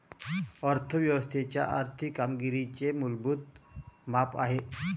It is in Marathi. अर्थ व्यवस्थेच्या आर्थिक कामगिरीचे मूलभूत माप आहे